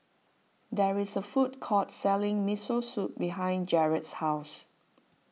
there is a food court selling Miso Soup behind Gerald's house